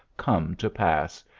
come to pass.